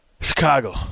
Chicago